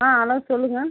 ஆ hello சொல்லுங்கள்